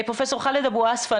פרופ' ח'אלד אבו עסבה,